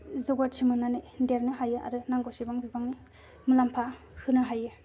जौगायथि मोननानै देरनो हायो आरो नांगौसेबां बिबांनि मुलाम्फा होनो हायो